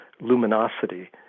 luminosity